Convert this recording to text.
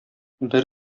бер